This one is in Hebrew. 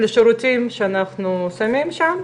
זה לשירותים שאנחנו שמים שם,